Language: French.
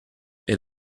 est